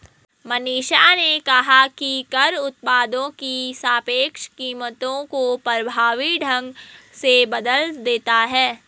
मनीषा ने कहा कि कर उत्पादों की सापेक्ष कीमतों को प्रभावी ढंग से बदल देता है